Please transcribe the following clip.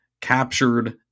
captured